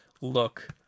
look